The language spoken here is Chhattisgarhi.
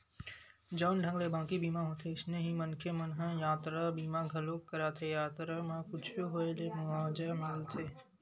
जउन ढंग ले बाकी बीमा होथे अइसने ही मनखे मन ह यातरा बीमा घलोक कराथे यातरा म कुछु होय ले मुवाजा मिलथे